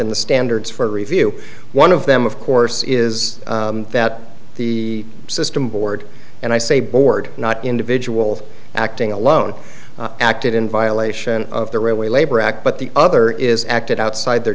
and the standards for review one of them of course is that the system board and i say board not individual acting alone acted in violation of the railway labor act but the other is acted outside their